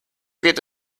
geht